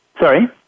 Sorry